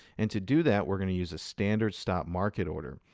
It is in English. and to do that, we're going to use a standard stop market order.